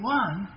one